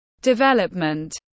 development